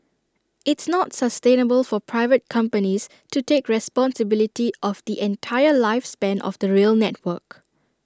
it's not sustainable for private companies to take responsibility of the entire lifespan of the rail network